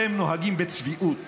אתם נוהגים בצביעות